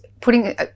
putting –